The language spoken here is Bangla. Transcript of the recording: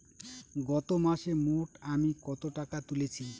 গত মাসে মোট আমি কত টাকা তুলেছি?